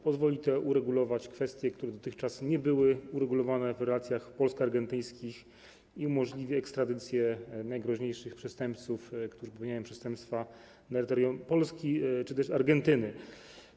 Pozwoli to uregulować kwestie, które dotychczas nie były uregulowane, w relacjach polsko-argentyńskich, i umożliwi ekstradycję najgroźniejszych przestępców, którzy popełniają przestępstwa na terytorium Polski czy też Argentyny.